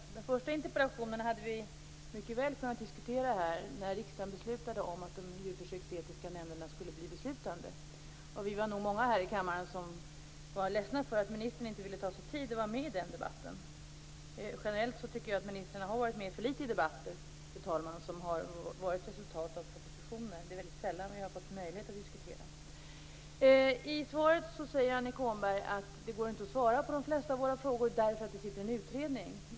Den första interpellationen hade vi mycket väl kunnat diskutera här när riksdagen beslutade om att de djurförsöksetiska nämnderna skulle bli beslutande. Vi var nog många här i kammaren som var ledsna för att ministern inte ville ta sig tid och vara med i den debatten. Generellt tycker jag att ministern har varit med för litet i debatter, fru talman, som har varit resultat av propositioner. Det är väldigt sällan som vi har fått möjlighet att diskutera. I svaret säger Annika Åhnberg att det inte går att svara på de flesta av våra frågor därför att det sitter en utredning.